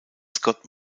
scott